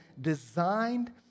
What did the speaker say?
designed